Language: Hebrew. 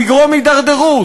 הוא יגרום הידרדרות,